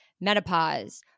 menopause